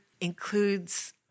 includes